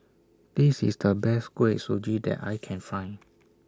This IS The Best Kuih Suji that I Can Find